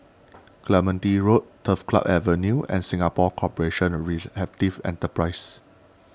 Clementi Road Turf Club Avenue and Singapore Corporation of Rehabilitative Enterprises